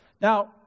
Now